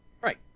Right